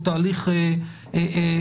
הוא תהליך שקוף.